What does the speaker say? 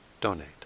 donate